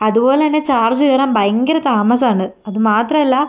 അതുപോലെത്തന്നെ ചാർജ് കേറാൻ ഭയങ്കര താമസമാണ് അത് മാത്രല്ല